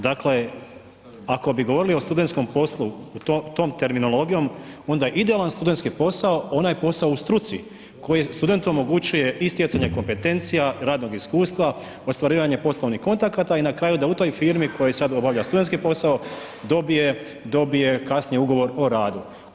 Dakle, ako bi govorili o studentskom poslu, tom terminologijom, onda je idealan studentski posao onaj posao u struci koji studentu omogućuje i stjecanje kompetencija, radnog iskustva, ostvarivanje poslovnih kontakata i na kraju u toj firmi koji sad obavlja studentski posao, dobije kasnije ugovor o radu.